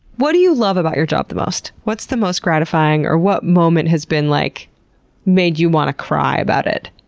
what do you love about your job the most? what's the most gratifying? what moment has been like made you want to cry about it?